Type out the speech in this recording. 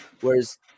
Whereas